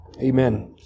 Amen